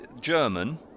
German